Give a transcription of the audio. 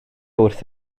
wrth